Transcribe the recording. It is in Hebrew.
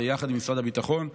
ביחד עם משרד הביטחון,